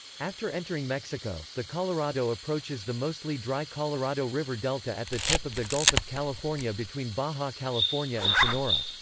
after entering mexico, the colorado approaches the mostly dry colorado river delta at the tip of the gulf of california between baja california and sonora.